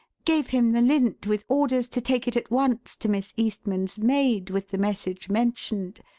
gave him the lint with orders to take it at once to miss eastman's maid with the message mentioned,